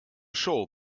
show